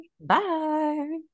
Bye